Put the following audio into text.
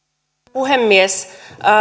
puhemies